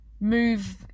move